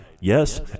yes